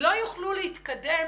לא יוכלו להתקדם